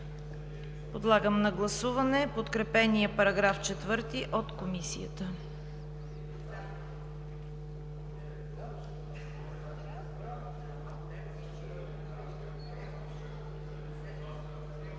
Подлагам на гласуване подкрепения § 4 от Комисията.